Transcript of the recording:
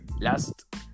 last